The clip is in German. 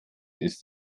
ist